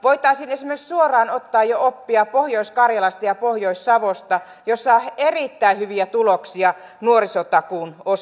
voitaisiin esimerkiksi suoraan ottaa jo oppia pohjois karjalasta ja pohjois savosta jossa on erittäin hyviä tuloksia nuorisotakuun osalta